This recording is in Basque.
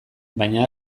baina